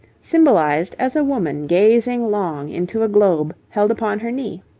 symbolized as a woman gazing long into a globe held upon her knee.